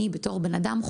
בתור בן-אדם,